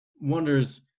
wonders